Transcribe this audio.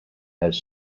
has